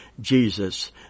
Jesus